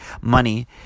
money